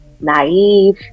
naive